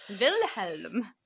Wilhelm